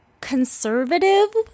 conservative